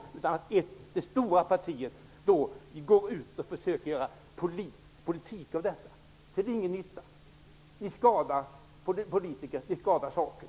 I stället går det stora partiet ut och försöker göra politik av detta -- till ingen nytta, snarare till skada för politikerna och för saken.